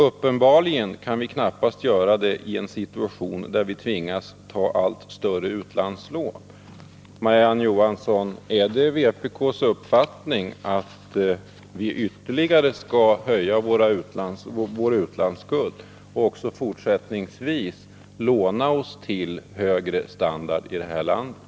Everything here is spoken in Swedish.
Uppenbarligen kan vi knappast göra det i en situation där vi tvingas ta allt större utlandslån.” Är det vpk:s uppfattning, Marie-Ann Johansson, att vi skall ytterligare höja vår utlandsskuld och även fortsättningsvis låna oss till högre standard i det här landet?